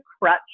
crutch